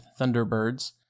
thunderbirds